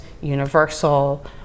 universal